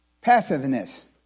Passiveness